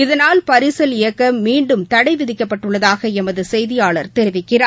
இதனால் பரிசல் இயக்க மீண்டும் தடை விதிக்கப்பட்டுள்ளதாக எமது செய்தியாளர் தெரிவிக்கிறார்